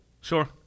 Sure